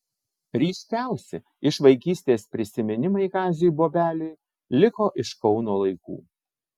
ryškiausi iš vaikystės prisiminimai kaziui bobeliui liko iš kauno laikų